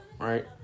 right